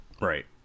right